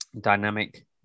dynamic